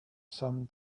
some